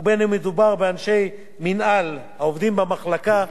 ובין שמדובר באנשי מינהל העובדים במחלקה,